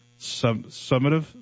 summative